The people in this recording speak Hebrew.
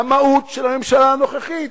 המהות של הממשלה הנוכחית.